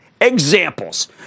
examples